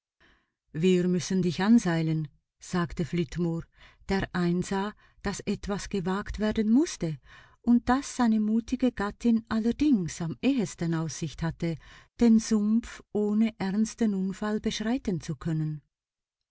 wir müssen dich anseilen sagte flitmore der einsah daß etwas gewagt werden mußte und daß seine mutige gattin allerdings am ehesten aussicht hatte den sumpf ohne ernsten unfall beschreiten zu können